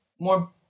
more